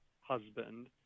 husband